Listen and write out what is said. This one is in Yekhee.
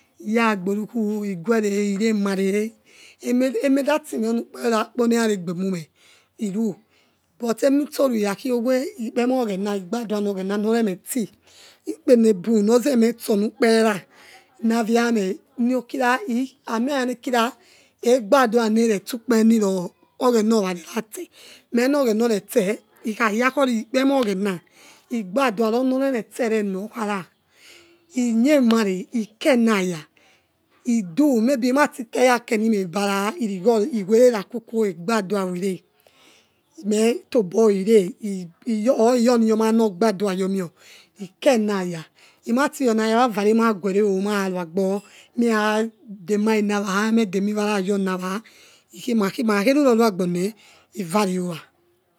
Iyagbautu ani iguere iroma rero emedaki mewo onukperekpo rera egbe mume iru but eni gberera khiowe ikpemoghona igbadio ogheri anorome ot ikpenebi abo zeremo ghori kperera nawiame novkim amiaga nekim egbedua norrekara no rest ukpere niro oghena oraro ra meh nor oghena melse ikhuga bore ikpemo ghena ighadia runorerete evena ukhara inie nare ikenaye idi mebi irati gerate nimebera irigho iwora rakoko igbadua owo ire mokoba ire iyor or iyoniyioma nor gba dua yourmeor ikenaya imati yourinaya vare maguorio mera ruagbo mera demane nawa medmi warayonowa ikhei makhakhe ruroua agbone iva re owa.